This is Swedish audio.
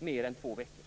mer än två veckor.